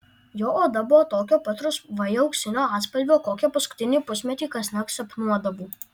jo oda buvo tokio pat rusvai auksinio atspalvio kokią paskutinį pusmetį kasnakt sapnuodavau